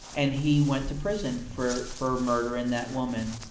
and he went to prison for for murdering that woman.